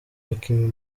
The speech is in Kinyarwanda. bakinnyi